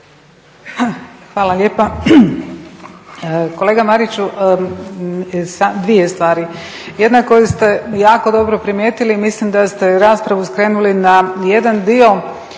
Hvala lijepa. Kolega Mariću dvije stvari, jedna koju stejako dobro primijetili, mislim da ste raspravu skrenuli na jedan dio